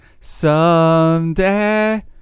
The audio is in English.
someday